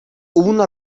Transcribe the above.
una